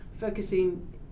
focusing